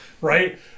right